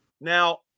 Now